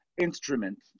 instrument